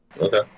Okay